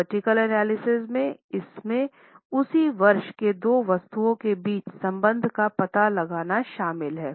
vertical analysis में इसमें उसी वर्ष के दो वस्तुओं के बीच संबंध का पता लगाना शामिल है